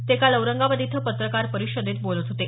ते काल औरंगाबाद इथं पत्रकार परिषदेत बोलत होते